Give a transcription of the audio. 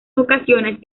ocasiones